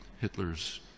Hitler's